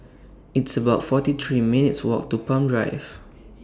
It's about forty three minutes' Walk to Palm Drive